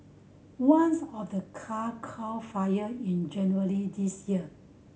ones of the car caught fire in January this year